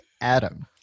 Adam